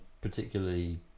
Particularly